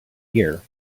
year